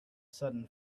sudden